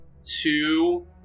two